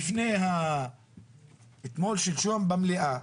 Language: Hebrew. שלשום במליאה